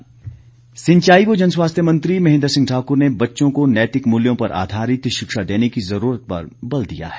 महेन्द्र सिंह सिंचाई व जनस्वास्थ्य मंत्री महेन्द्र सिह ठाकुर ने बच्चों को नैतिक मूल्यों पर आधारित शिक्षा देने की जरूरत पर बल दिया है